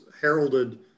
heralded